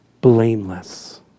blameless